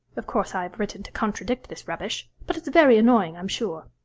of course i have written to contradict this rubbish. but it's very annoying, i'm sure